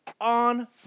on